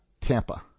Tampa